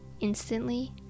instantly